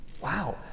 Wow